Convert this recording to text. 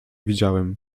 widziałem